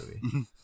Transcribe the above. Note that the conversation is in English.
movie